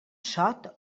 sot